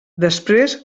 després